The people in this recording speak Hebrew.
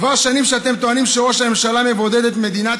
כבר שנים אתם טוענים שראש הממשלה מבודד את מדינת